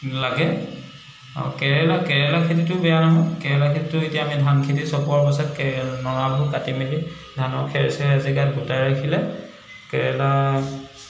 লাগে আৰু কেৰেলা কেৰেলা খেতিটো বেয়া নহয় কেৰেলা খেতিটো এতিয়া আমি ধান খেতি চপোৱাৰ পাছত কেৰে নৰাবোৰ কাটি মেলি ধানৰ খেৰ চেৰ এজেগাত গোটাই ৰাখিলে কেৰেলা